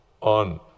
on